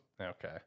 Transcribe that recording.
Okay